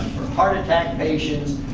heart attack patients.